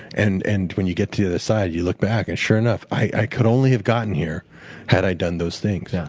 and and when you get to the other side, you look back and sure enough, i could only have gotten here had i done those things. yeah